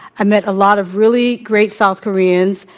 i met a lot of really great south koreans,